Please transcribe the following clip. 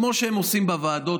כמו שהם עושים בוועדות,